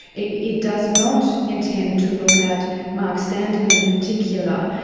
it it does not intend to look at mark standen in particular,